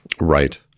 Right